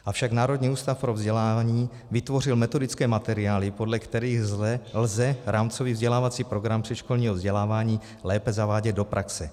Avšak Národní ústav pro vzdělávání vytvořil metodické materiály, podle kterých lze rámcový vzdělávací program předškolního vzdělávání lépe zavádět do praxe.